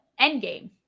Endgame